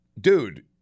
dude